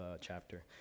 chapter